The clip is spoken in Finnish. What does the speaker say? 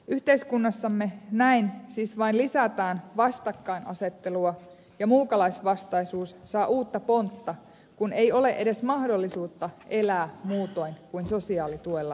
yhteiskunnassamme näin siis vain lisätään vastakkainasettelua ja muukalaisvastaisuus saa uutta pontta kun ei ole edes mahdollisuutta elää muutoin kuin sosiaalituella maassamme